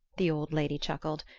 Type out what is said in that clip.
the old lady chuckled.